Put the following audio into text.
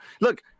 Look